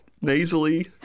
nasally